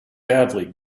badly